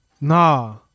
Nah